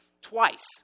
twice